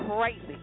crazy